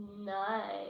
nine